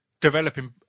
developing